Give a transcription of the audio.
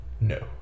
No